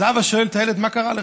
אז האבא שואל את הילד: מה קרה לך?